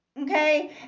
okay